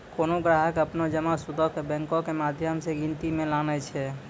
कोनो ग्राहक अपनो जमा सूदो के बैंको के माध्यम से गिनती मे लानै छै